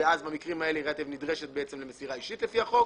ובמקרים האלה היא נדרשת למסירה אישית לפי החוק.